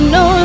no